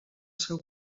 seu